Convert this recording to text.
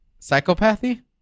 Psychopathy